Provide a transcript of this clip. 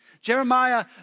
Jeremiah